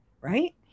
Right